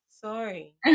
sorry